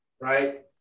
Right